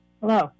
Hello